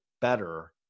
better